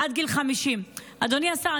עד גיל 50. אדוני השר,